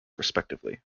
respectively